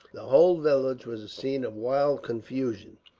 the whole village was a scene of wild confusion.